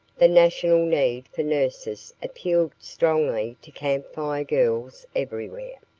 the national need for nurses appealed strongly to camp fire girls everywhere.